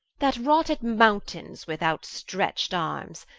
that raught at mountaines with out-stretched armes,